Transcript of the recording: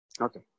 Okay